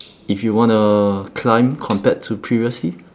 if you wanna climb compared to previously